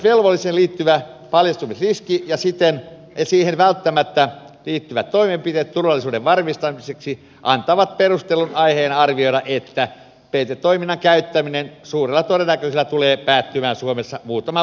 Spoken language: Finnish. ilmoittautumisvelvolliseen liittyvä paljastumisriski ja siihen välttämättä liittyvät toimenpiteet turvallisuuden varmistamiseksi antavat perustellun aiheen arvioida että peitetoiminnan käyttäminen suurella todennäköisyydellä tulee päättymään suomessa muutaman vuoden sisällä